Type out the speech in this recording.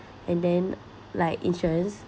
and then like insurance